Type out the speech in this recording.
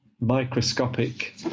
microscopic